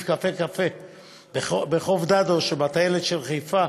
״קפה קפה״ בחוף דדו שבטיילת של חיפה,